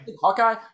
Hawkeye